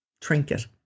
trinket